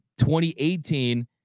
2018